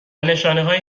نشانههایی